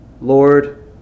Lord